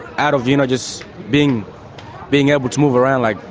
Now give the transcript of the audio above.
out of, you know, just being being able to move around, like,